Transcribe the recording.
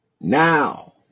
now